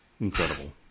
Incredible